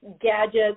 gadgets